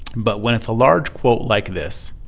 but when it's a large quote like this,